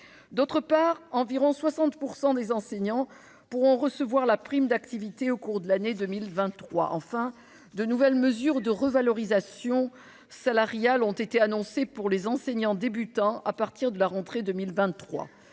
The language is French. ailleurs, environ 60 % des enseignants pourront bénéficier de la prime d'activité au cours de l'année 2023. Enfin, de nouvelles mesures de revalorisation salariale ont été annoncées pour les enseignants débutants à partir de la rentrée 2023.